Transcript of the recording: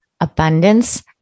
abundance